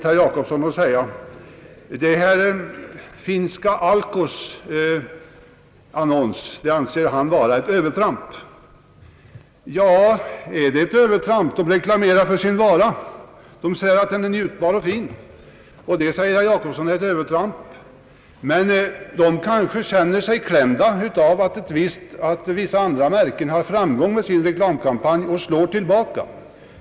Herr Jacobsson anser att det finska företaget Alko har gjort ett övertramp i sin reklam. Är det ett övertramp att reklamera för sin vara? Bolaget anser att dess produkt är njutbar och fin. Kanske känner sig företaget klämt därigenom att vissa andra märken har haft framgång med sina reklamkampanjer och därför slår tillbaka.